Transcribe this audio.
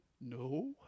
No